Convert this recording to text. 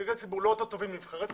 נציגי ציבור לא יותר טובים מנבחרי ציבור.